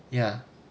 ya